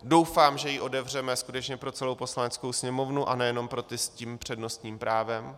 Doufám, že jí otevřeme skutečně pro celou Poslaneckou sněmovnu a nejenom pro ty s tím přednostním právem.